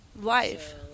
life